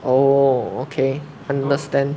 oh okay understand